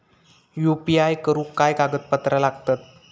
UPI करुक काय कागदपत्रा लागतत?